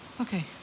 Okay